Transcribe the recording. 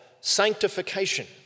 sanctification